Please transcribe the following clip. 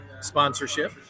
sponsorship